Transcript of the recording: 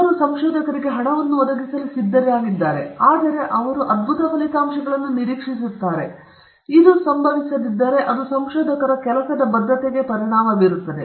ಅವರು ಸಂಶೋಧಕರಿಗೆ ಹಣವನ್ನು ಒದಗಿಸಲು ಸಿದ್ಧರಾಗಿದ್ದಾರೆ ಆದರೆ ಅವರು ಫಲಿತಾಂಶಗಳನ್ನು ನಿರೀಕ್ಷಿಸುತ್ತಾರೆ ಮತ್ತು ಇದು ಸಂಭವಿಸದಿದ್ದರೆ ಅದು ಸಂಶೋಧಕರ ಕೆಲಸದ ಭದ್ರತೆಗೆ ಪರಿಣಾಮ ಬೀರುತ್ತದೆ